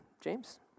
James